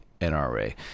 NRA